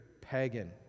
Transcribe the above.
pagan